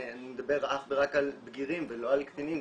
אני מדבר אך ורק על בגירים ולא קטינים,